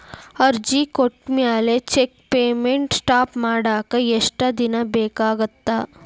ಅರ್ಜಿ ಕೊಟ್ಮ್ಯಾಲೆ check payment stop ಮಾಡಾಕ ಎಷ್ಟ ದಿನಾ ಬೇಕಾಗತ್ತಾ